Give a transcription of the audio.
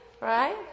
right